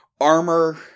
armor